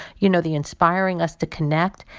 you know, the inspiring us to connect.